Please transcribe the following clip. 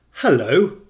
Hello